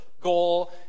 goal